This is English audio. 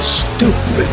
stupid